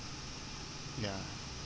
ya